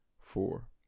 four